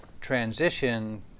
transition